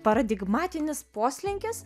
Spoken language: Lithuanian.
paradigmatinis poslinkis